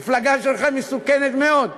המפלגה שלך מסוכנת מאוד,